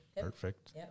perfect